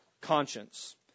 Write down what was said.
conscience